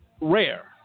Rare